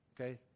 okay